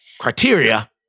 criteria